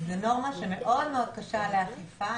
זו נורמה מאוד מאוד קשה לאכיפה.